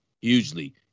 hugely